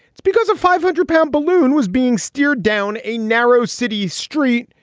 it's because a five hundred pound balloon was being steered down a narrow city street,